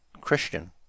Christian